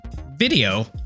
video